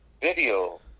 Video